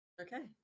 Okay